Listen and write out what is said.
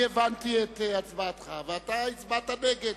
הבנתי את הצבעתך, הצבעת נגד.